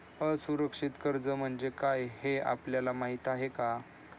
असुरक्षित कर्ज म्हणजे काय हे आपल्याला माहिती आहे का?